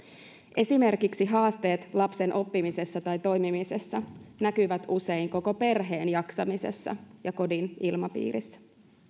esimerkiksi haasteet lapsen oppimisessa tai toimimisessa näkyvät usein koko perheen jaksamisessa ja kodin ilmapiirissä